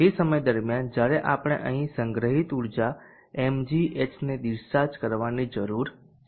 તે સમય દરમિયાન જ્યારે આપણે અહીં સંગ્રહિત ઉર્જા mgh ને ડીસ્ચાર્જ કરવાની જરૂર છે